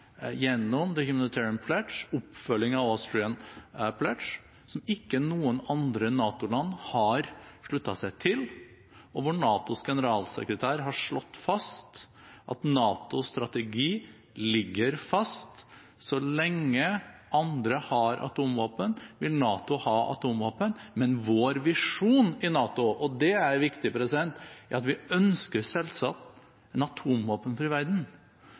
gjennom Humanitarian Pledge, oppfølging av Austrian Pledge, som ikke noen andre NATO-land har sluttet seg til, og hvor NATOs generalsekretær har slått fast at NATOs strategi ligger fast. Så lenge andre har atomvåpen, vil NATO ha atomvåpen, men vår visjon i NATO – og det er viktig – er at vi selvsagt ønsker en atomvåpenfri verden. Jeg synes at vi i